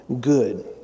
good